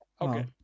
Okay